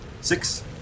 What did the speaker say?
Six